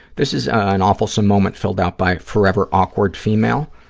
this is an awfulsome moment filled out by forever awkward female.